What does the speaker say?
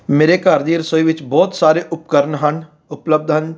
ਮੇਰੇ ਘਰ ਦੀ ਰਸੋਈ ਵਿੱਚ ਬਹੁਤ ਸਾਰੇ ਉਪਕਰਨ ਹਨ ਉਪਲਬਧ ਹਨ